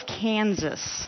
Kansas